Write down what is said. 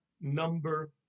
number